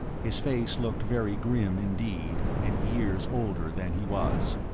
his face looked very grim indeed, and years older than he was.